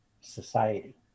society